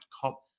cop